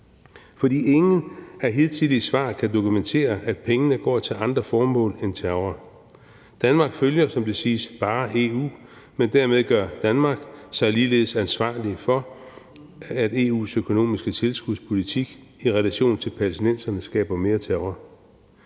fordi ingen hidtidige svar kan dokumentere, at pengene går til andre formål end terror. Danmark følger, som det siges, bare EU, men dermed gør Danmark sig ligeledes ansvarlig for, at EU's økonomiske tilskudspolitik i relation til palæstinenserne skaber mere terror.